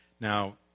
Now